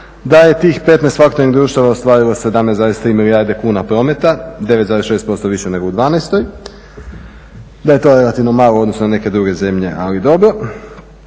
Da je tih 15 faktoring društava ostvarilo 17,3 milijarde kuna prometa 9,6% više nego u dvanestoj, da je to relativno malo u odnosu na neke druge zemlje ali dobro.